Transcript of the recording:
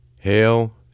Hail